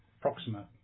proxima